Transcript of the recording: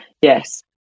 Yes